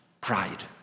pride